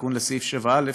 תיקון לסעיף 7א,